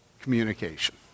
communication